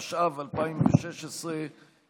התשע"ו 2016 (תיקון),